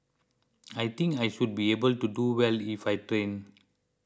I think I should be able to do well if I train